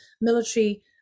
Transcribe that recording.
military